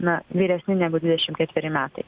na vyresni negu dvidešim ketveri metai